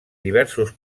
diversos